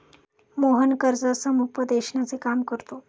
मोहन कर्ज समुपदेशनाचे काम करतो